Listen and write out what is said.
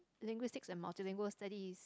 linguistics and multilingual Study